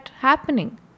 happening